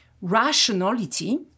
rationality